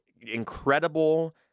incredible